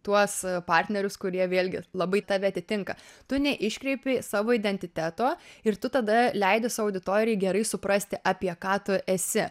tuos partnerius kurie vėlgi labai tave atitinka tu neiškreipi savo identiteto ir tu tada leidi savo auditorijai gerai suprasti apie ką tu esi